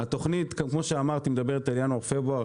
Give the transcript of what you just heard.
כמו שאמרתי, התוכנית מדברת על ינואר ופברואר.